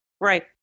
right